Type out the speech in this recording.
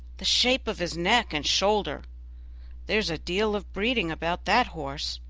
the shape of his neck and shoulder there's a deal of breeding about that horse.